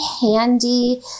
handy